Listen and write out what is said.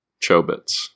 Chobits